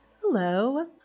Hello